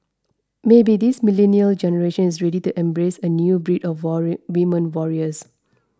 maybe this millennial generation is ready to embrace a new breed of worry women warriors